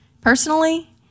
personally